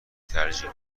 ترجیح